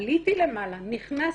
נכנסתי.